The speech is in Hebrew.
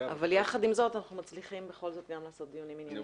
אבל יחד עם זאת אנחנו מצליחים בכל זאת גם לעשות דיונים ענייניים.